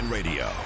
Radio